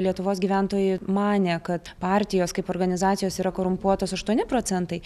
lietuvos gyventojai manė kad partijos kaip organizacijos yra korumpuotas aštuoni procentai